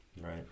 Right